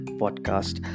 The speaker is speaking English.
podcast